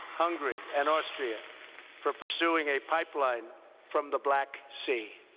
hungary, and austria for pursuing a pipeline from the black sea.